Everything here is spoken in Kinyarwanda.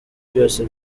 byose